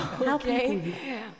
Okay